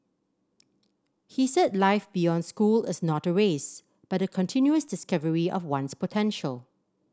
he said life beyond school is not a race but a continuous discovery of one's potential